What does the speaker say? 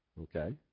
Okay